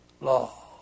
law